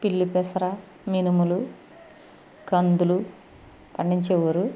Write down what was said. పిల్లి పెసర మినుములు కందులు పండించే వారు